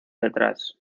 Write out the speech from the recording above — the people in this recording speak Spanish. detrás